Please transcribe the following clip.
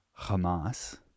Hamas